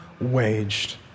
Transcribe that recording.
waged